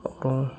அப்புறோம்